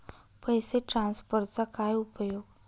पैसे ट्रान्सफरचा काय उपयोग?